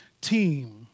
team